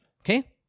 Okay